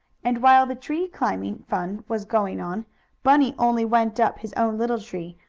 and while the tree-climbing fun was going on bunny only went up his own little tree,